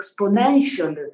exponential